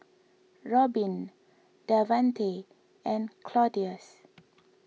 Robyn Davanty and Claudius